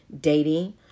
dating